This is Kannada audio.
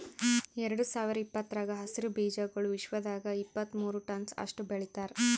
ಎರಡು ಸಾವಿರ ಇಪ್ಪತ್ತರಾಗ ಹಸಿರು ಬೀಜಾಗೋಳ್ ವಿಶ್ವದಾಗ್ ಇಪ್ಪತ್ತು ಮೂರ ಟನ್ಸ್ ಅಷ್ಟು ಬೆಳಿತಾರ್